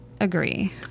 Agree